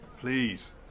Please